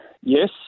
yes